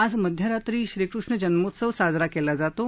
आज मध्यरात्री श्रीकृष्ण जन्मोत्सव साजरा केला जातो